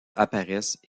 apparaissent